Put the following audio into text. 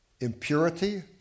impurity